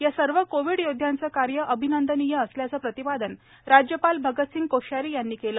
या सर्व कोविड योद्ध्यांचे कार्य अभिनंदनीय असल्याचे प्रतिपादन राज्यपाल भगतसिंह कोश्यारी यांनी केले